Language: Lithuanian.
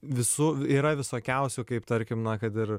visų yra visokiausių kaip tarkim na kad ir